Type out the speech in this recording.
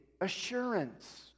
assurance